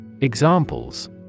Examples